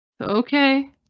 okay